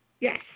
Yes